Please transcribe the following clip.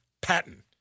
Patton